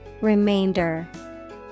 Remainder